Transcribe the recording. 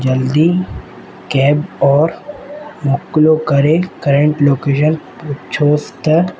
जल्दी कैब और मोकिलो करे करंट लोकेशन पुछोसि त